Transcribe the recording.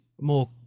more